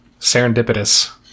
Serendipitous